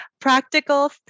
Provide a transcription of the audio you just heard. practical